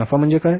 नफा म्हणजे काय